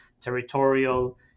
territorial